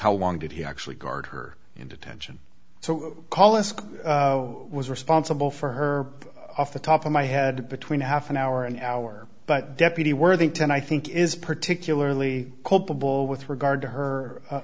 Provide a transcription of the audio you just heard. how long did he actually guard her in detention so call us was responsible for her off the top of my head between a half an hour an hour but deputy worthington i think is particularly culpable with regard to her u